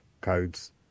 codes